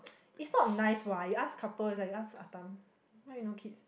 it's not nice what you ask couple is like you ask Ah tham why you no kids